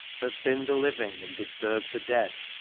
that thinned the living and disturbed the dead?